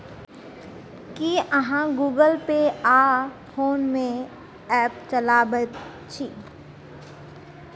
की अहाँ Google Pay आ PhonePe app चलाबैत छी?